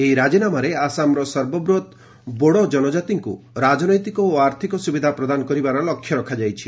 ଏହି ରାଜିନାମାରେ ଆସାମର ସର୍ବବୃହତ ବୋଡ଼ୋ ଜନଜାତିଙ୍କୁ ରାଜନୈତିକ ଓ ଆର୍ଥିକ ସୁବିଧା ପ୍ରଦାନ କରିବାର ଲକ୍ଷ୍ୟ ରଖାଯାଇଛି